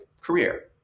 career